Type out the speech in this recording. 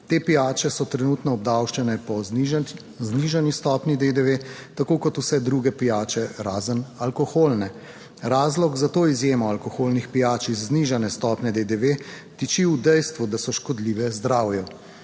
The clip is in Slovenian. Te pijače so trenutno obdavčene po znižani stopnji DDV, tako kot vse druge pijače razen alkoholne. Razlog za to izjemo alkoholnih pijač iz znižane stopnje DDV tiči v dejstvu, da so škodljive zdravju.